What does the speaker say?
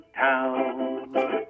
town